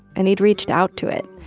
and he'd reached out to it.